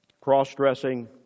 cross-dressing